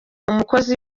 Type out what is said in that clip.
umukozi